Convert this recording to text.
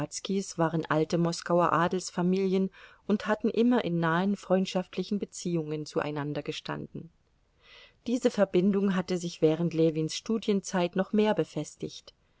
waren alte moskauer adelsfamilien und hatten immer in nahen freundschaftlichen beziehungen zueinander gestanden diese verbindung hatte sich während ljewins studienzeit noch mehr befestigt